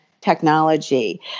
technology